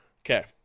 Okay